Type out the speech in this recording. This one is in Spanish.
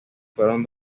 fueron